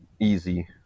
Easy